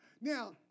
Now